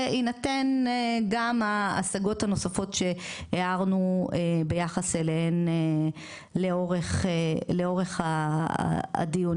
בהינתן גם בהשגות הנוספות שהערנו ביחס אליהן לאורך הדיונים.